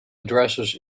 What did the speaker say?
addresses